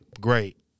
great